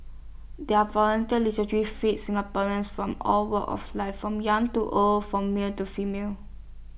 their volunteer fee Singaporeans from all walks of life from young to old from male to female